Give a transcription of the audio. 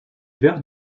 verre